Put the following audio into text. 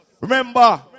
Remember